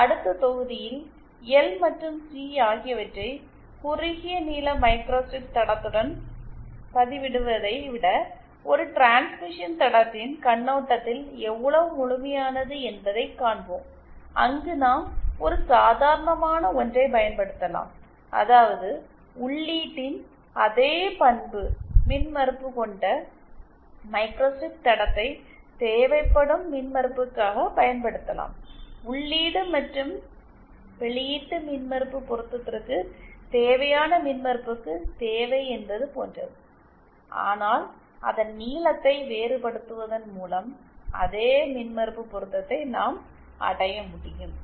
ஆனால் அடுத்த தொகுதியில் எல் மற்றும் சி ஆகியவற்றை குறுகிய நீள மைக்ரோஸ்டிரிப் தடத்துடன் பதிலிடுவதை விட ஒரு டிரான்ஸ்மிஷன் தடத்தின் கண்ணோட்டத்தில் எவ்வளவு முழுமையானது என்பதைக் காண்போம் அங்கு நாம் ஒரு சாதாரணமான ஒன்றை பயன்படுத்தலாம் அதாவது உள்ளீட்டின் அதே பண்பு மின்மறுப்பு கொண்ட மைக்ரோஸ்ட்ரிப் தடத்தை தேவைப்படும் மின்மறுப்பிற்காக பயன்படுத்தலாம் உள்ளீடு மற்றும் வெளியீட்டு மின்மறுப்பு பொருத்தத்திற்கு தேவையான மின்மறுப்புக்கு தேவை என்பது போன்றது ஆனால் அதன் நீளத்தை வேறுபடுத்துவதன் மூலம் அதே மின்மறுப்பு பொருத்தத்தை நாம் அடைய முடியும்